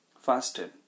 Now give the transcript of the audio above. fasted